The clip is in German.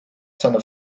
seiner